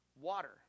Water